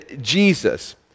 Jesus